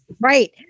Right